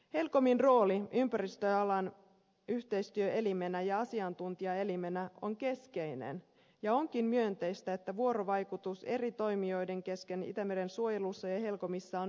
helcomin rooli ympäristöalan yhteistyöelimenä ja asiantuntijaelimenä on keskeinen ja onkin myönteistä että vuorovaikutus eri toimijoiden kesken itämeren suojelussa ja helcomissa on aktiivista